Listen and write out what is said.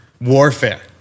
warfare